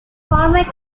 cormac